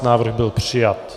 Návrh byl přijat.